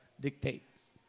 dictates